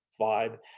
vibe